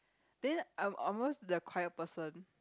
then I'm almost the quiet person